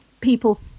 people